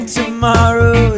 tomorrow